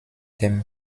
dem